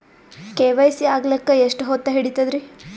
KYC ಆಗಲಕ್ಕ ಎಷ್ಟ ಹೊತ್ತ ಹಿಡತದ್ರಿ?